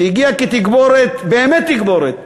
שהגיע כתגבורת, באמת תגבורת,